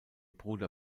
bruder